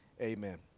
Amen